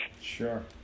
Sure